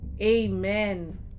amen